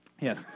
Yes